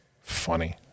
funny